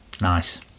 nice